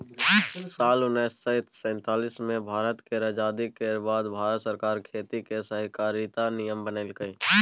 साल उन्नैस सय सैतालीस मे भारत केर आजादी केर बाद भारत सरकार खेती केर सहकारिता नियम बनेलकै